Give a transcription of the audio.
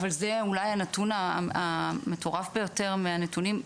אבל זה אולי הנתון המטורף ביותר מהנתונים,